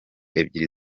ebyiri